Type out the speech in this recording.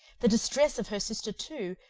the distress of her sister too,